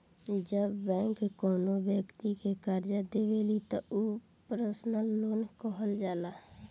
जब बैंक कौनो बैक्ति के करजा देवेली त उ पर्सनल लोन कहल जाला